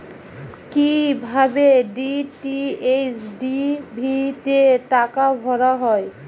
কি ভাবে DTH TV তে টাকা ভরা হয়?